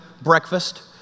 breakfast